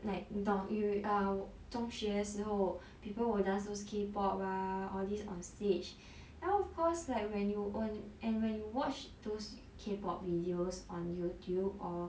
like 你懂 we our 中学时候 people will dance those K pop ah all this on stage then of course like when you own and when you watch those K pop videos on YouTube or